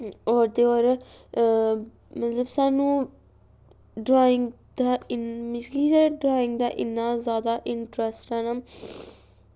होर ते होर कि साह्नूं ड्राईंग दा मतलब कि इन्ना ड्राईंग दा इन्ना इंटरैस्ट ऐ